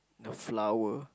got flower